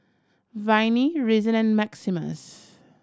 Viney Reason and Maximus